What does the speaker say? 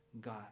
God